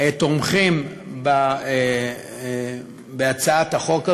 תומכים בהצעת החוק הזאת.